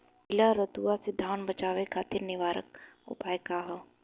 पीला रतुआ से धान बचावे खातिर निवारक उपाय का ह?